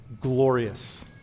Glorious